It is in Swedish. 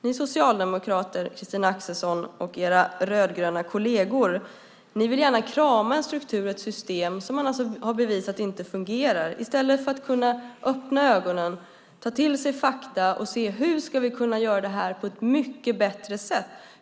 Ni socialdemokrater, Christina Axelsson, och era grönröda kolleger vill gärna krama en struktur och ett system som man har bevisat inte fungerar. I stället handlar det om att öppna ögonen, ta till sig fakta och se: Hur ska vi kunna göra detta på ett mycket bättre sätt?